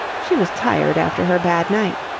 she was tired after her bad night.